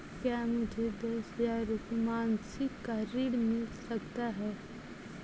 क्या मुझे दस हजार रुपये मासिक का ऋण मिल सकता है?